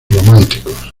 románticos